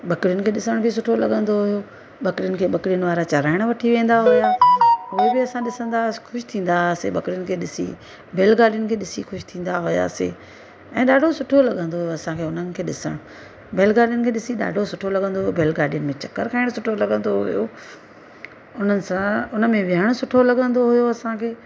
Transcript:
ॿकरियुनि खे ॾिसण बि सुठो लॻंदो हुओ ॿकरियुनि खे ॿकरियुनि वारा चराइण वठी वेंदा हुआ उहे बि असां ॾिसंदा हुआसीं ख़ुशि थींदा हुआसीं ॿकरियुनि खे ॾिसी बैलगाॾियुनि खे ॾिसी ख़ुशि थींदा हुआसीं ऐं ॾाढो सुठो लॻंदो हुओ असांखे उन्हनि खे ॾिसणु बैलगाॾियुनि खे ॾिसी ॾाढो सुठो लॻंदो हुओ बैलगाॾियुनि में चकरु खाइणु सुठो लॻंदो हुओ उन्हनि सां उन्हनि में विहणु सुठो लॻंदो हुओ असांखे